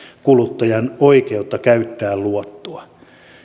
kuluttajan oikeutta käyttää luottoa